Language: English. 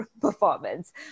performance